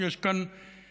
יש כאן אינפלציה,